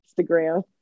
Instagram